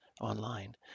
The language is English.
online